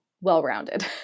well-rounded